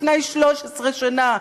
לפני 13 שנה,